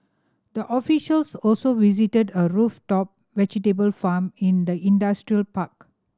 the officials also visited a rooftop vegetable farm in the industrial park